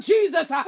Jesus